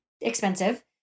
expensive